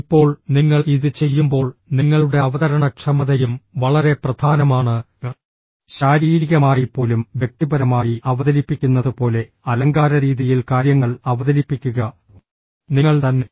ഇപ്പോൾ നിങ്ങൾ ഇത് ചെയ്യുമ്പോൾ നിങ്ങളുടെ അവതരണക്ഷമതയും വളരെ പ്രധാനമാണ് ശാരീരികമായി പോലും വ്യക്തിപരമായി അവതരിപ്പിക്കുന്നത് പോലെ അലങ്കാര രീതിയിൽ കാര്യങ്ങൾ അവതരിപ്പിക്കുക നിങ്ങൾ തന്നെ